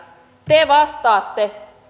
te vastaatte